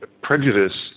prejudice